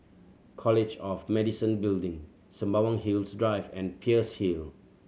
college of Medicine Building Sembawang Hills Drive and Peirce Hill